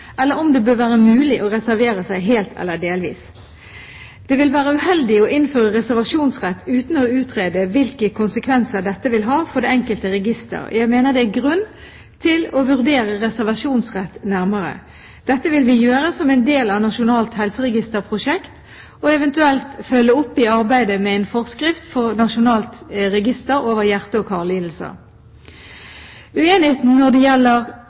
eller om det bør være mulig å reservere seg helt eller delvis. Det vil være uheldig å innføre reservasjonsrett uten å utrede hvilke konsekvenser dette vil ha for det enkelte register. Jeg mener det er grunn til å vurdere reservasjonsrett nærmere. Dette vil vi gjøre som en del av Nasjonalt helseregisterprosjekt, og eventuelt følge opp i arbeidet med en forskrift for nasjonalt register over hjerte- og karlidelser. Uenigheten når det gjelder